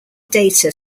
data